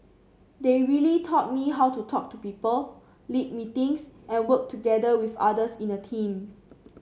they really taught me how to talk to people lead meetings and work together with others in a team